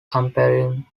comparing